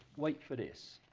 wait for this,